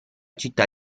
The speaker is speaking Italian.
città